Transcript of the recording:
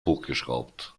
hochgeschraubt